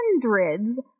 hundreds